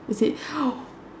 is it